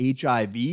HIV